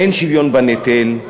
אין שוויון בנטל.